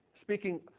Speaking